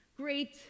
Great